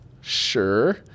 Sure